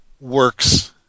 works